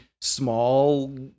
small